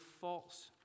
false